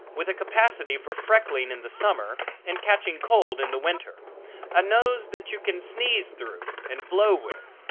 with a capacity for freckling in the summer and catching cold in the winter a nose that you can sneeze through and blow with.